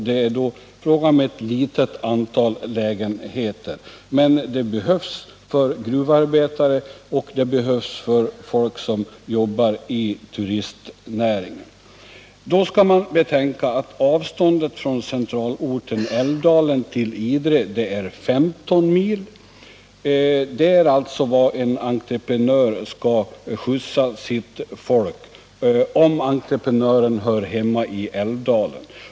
Det är då fråga om ett litet antal lägenheter, men de behövs för gruvarbetare och för folk som jobbar i turistnäringen. Avståndet från centralorten Älvdalen till Idre är 15 mil. Det är alltså den väg en entreprenör skall skjutsa sitt folk om entreprenören hör hemma i Älvdalen.